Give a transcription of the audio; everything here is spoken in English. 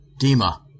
Dima